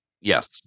Yes